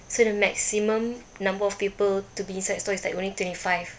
so the maximum number of people to be inside the store is like only twenty five